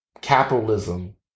capitalism